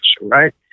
right